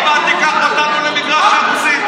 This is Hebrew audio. עוד מעט תיקח אותנו למגרש הרוסים,